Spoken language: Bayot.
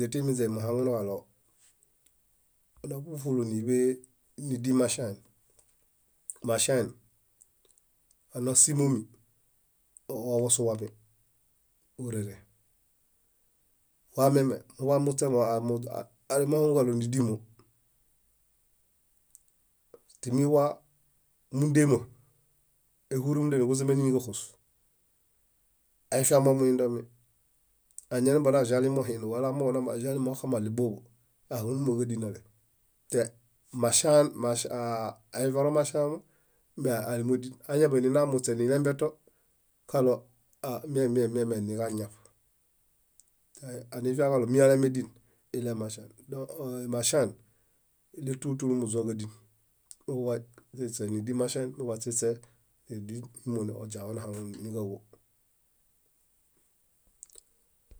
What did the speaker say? . Ínźe timinźe muhaŋunuġaɭo ona fúlu fúlu níḃee nídin maŝaen. Maŝaen, ánasimomi, ooḃosuwami, órere. Wameme muḃamuśemo amuź- alemohaŋuġaɭo nídimo. Timiwa múndema, áihurumunda nuġuzimeni níġaxos, aifiamomuindomi. Añanambenaĵalimo hinum wala amooġo nambenaĵalimo óxamaɭebooḃo, ahaŋunumoġadinale. Temaŝaen aa aiḃaromaŝaemo méalemodin. Añaḃaninamuśe nilembẽto kaɭo mie, mie, mie niġañiab. Anifiaġaɭo míalemedin iɭemaŝaen. Dõ ée- maŝaen íɭetulu túlu muźõġadin. Moḃaśiśe nídimaŝaen, muḃaśiśe méredin ímoo oźiaho nohaŋun níġaġo.